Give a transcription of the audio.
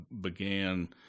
began